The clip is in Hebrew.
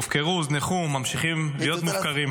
הופקרו, הוזנחו, וממשיכים להיות מופקרים.